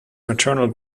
maternal